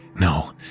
no